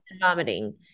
vomiting